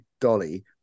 Dolly